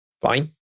fine